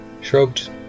shrugged